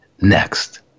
next